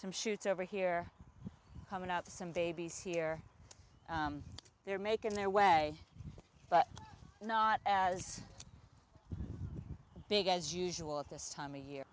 some shoots over here coming out some babies here they're making their way but not as big as usual at this time of year